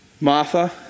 Martha